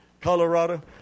Colorado